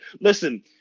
listen